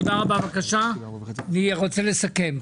תודה רבה, אני רוצה לסכם.